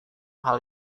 hal